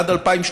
ועד 2030,